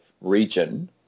region